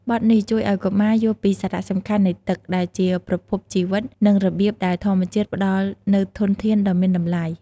បទនេះជួយឲ្យកុមារយល់ពីសារៈសំខាន់នៃទឹក ដែលជាប្រភពជីវិត និងរបៀបដែលធម្មជាតិផ្តល់នូវធនធានដ៏មានតម្លៃ។